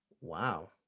Wow